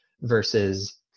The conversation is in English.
versus